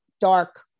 dark